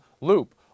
loop